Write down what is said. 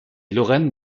lorraine